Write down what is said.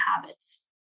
habits